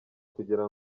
kugira